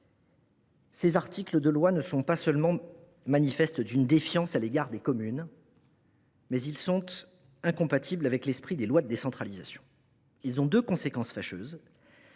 Ces articles de loi ne manifestent pas seulement une défiance à l’égard des communes : ils sont incompatibles avec l’esprit des lois de décentralisation. Ils ont deux conséquences fâcheuses